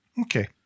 Okay